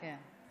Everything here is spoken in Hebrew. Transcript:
כן.